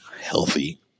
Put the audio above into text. healthy